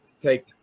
take